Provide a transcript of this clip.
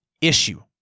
issue